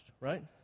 Right